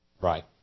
Right